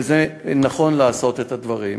וזה נכון לעשות את הדברים.